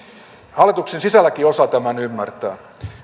hallituksen sisälläkin osa tämän ymmärtää